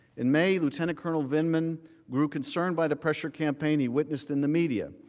in may lieutenant colonel vindman grew concerned by the pressure campaign, he witnessed in the media.